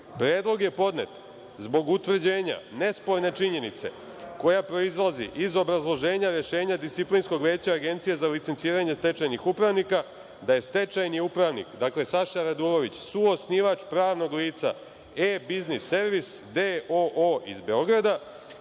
se. Predlog je podnet zbog utvrđenja nesporne činjenice, koja proizlazi iz obrazloženja rešenja Disciplinskog veća Agencije za licenciranje stečajnih upravnika, da je stečajni upravnik Saša Radulović suosnivač pravnog lica E-biznis servis, D.O.O. iz Beograda,